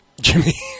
Jimmy